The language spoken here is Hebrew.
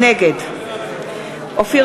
נגד אופיר